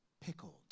Pickled